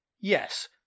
Yes